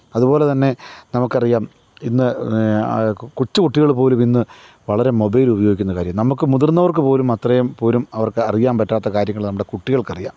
അതുപോലെത്തന്നെ നമുക്കറിയാം ഇന്ന് കൊച്ചുകുട്ടികൾ പോലും ഇന്ന് വളരെ മൊബൈൽ ഉപയോഗിക്കുന്ന കാര്യം നമുക്ക് മുതിര്ന്നവര്ക്ക് പോലും അത്രയും പോലും അവര്ക്ക് അറിയാൻ പറ്റാത്ത കാര്യങ്ങൾ നമ്മുടെ കുട്ടികള്ക്കറിയാം